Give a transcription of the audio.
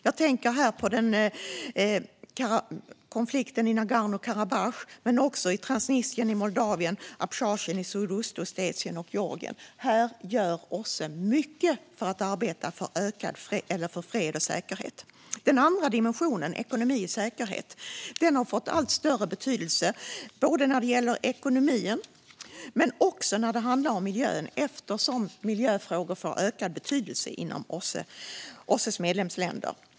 Jag tänker här på konflikten i Nagorno-Karabach, men också på Transnistrien, Moldavien, Abchazien, Sydossetien och Georgien. Här gör OSSE mycket för att arbeta för fred och säkerhet. Den andra dimensionen, ekonomi och säkerhet, har fått allt större betydelse. Det gäller ekonomin men också miljön eftersom miljöfrågor får ökad betydelse i OSSE:s medlemsländer.